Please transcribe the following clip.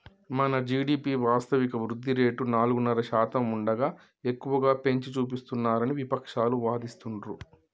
మన జీ.డి.పి వాస్తవిక వృద్ధి రేటు నాలుగున్నర శాతం ఉండగా ఎక్కువగా పెంచి చూపిస్తున్నారని విపక్షాలు వాదిస్తుండ్రు